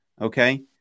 okay